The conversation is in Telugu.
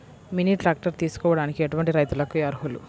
మినీ ట్రాక్టర్ తీసుకోవడానికి ఎటువంటి రైతులకి అర్హులు?